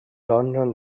london